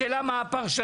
השאלה היא מה הפרשנות.